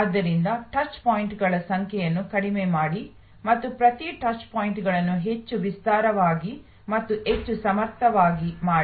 ಆದ್ದರಿಂದ ಟಚ್ ಪಾಯಿಂಟ್ಗಳ ಸಂಖ್ಯೆಯನ್ನು ಕಡಿಮೆ ಮಾಡಿ ಮತ್ತು ಪ್ರತಿ ಟಚ್ ಪಾಯಿಂಟ್ಗಳನ್ನು ಹೆಚ್ಚು ವಿಸ್ತಾರವಾಗಿ ಮತ್ತು ಹೆಚ್ಚು ಸಮರ್ಥವಾಗಿ ಮಾಡಿ